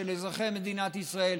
של אזרחי מדינת ישראל,